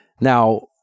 Now